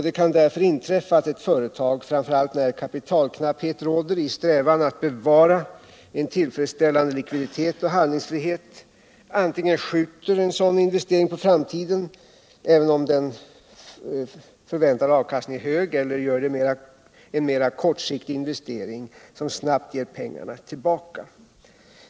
Det kan därför inträffa att ett företag, framför allt när kapitalknapphet råder, i strävan att bevara en tillfredsställande likviditet och handlingsfrihet antingen skjuter en sådan investering på framtiden, även om den förräntade avkastningen är hög, eller gör en mer kortsiktig investering som snabbt ger pengarna tillbaka.